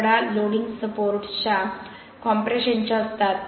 कडा loading सपोर्टच्या कॉम्प्रेशनच्या असतात